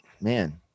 man